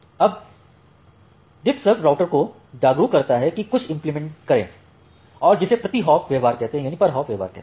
अब DiffServ router को जागरूक करता है की कुछ इम्प्लीमेंट करे जिसे प्रति हॉप व्यवहार कहते हैं